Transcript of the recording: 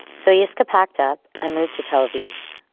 so yiscah packed up, and moved to tel aviv,